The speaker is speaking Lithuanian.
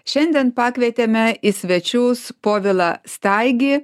šiandien pakvietėme į svečius povilą staigį